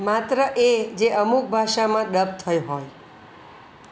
માત્ર એ જે અમુક ભાષામાં ડબ થઈ હોય